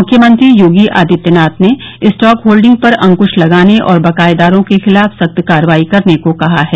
मुख्यमंत्री योगी आदित्यनाथ ने stock holding पर अंकृश लगाने और बकाएदारों के खिलाफ सख्त कार्रवाई करने को कहा है